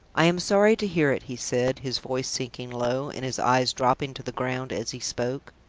i am sorry to hear it, he said, his voice sinking low, and his eyes dropping to the ground as he spoke.